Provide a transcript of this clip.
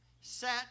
set